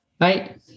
right